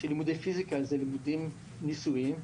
שלימודי פיזיקה הם לימודים ניסויים.